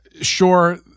sure